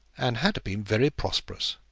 and had been very prosperous.